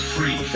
Free